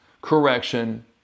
correction